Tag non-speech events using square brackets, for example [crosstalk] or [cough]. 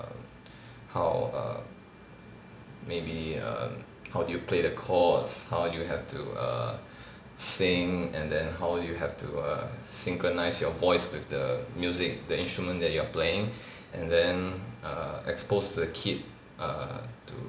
err how err maybe err how do you play the chords how do you have to err sing and then how you have to err synchronise your voice with the music the instrument that you are playing [breath] and then err expose to the kid err to